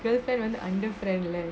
girlfriend வந்து அந்த:vanthu antha friend lah